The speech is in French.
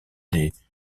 des